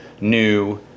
new